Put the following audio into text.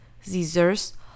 Scissors